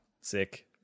sick